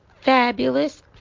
fabulous